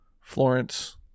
Florence